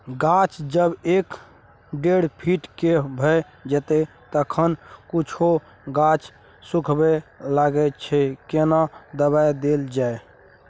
गाछ जब एक डेढ फीट के भ जायछै तखन कुछो गाछ सुखबय लागय छै केना दबाय देल जाय?